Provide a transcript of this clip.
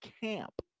camp